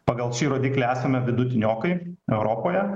pagal šį rodiklį esame vidutiniokai europoje